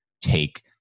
take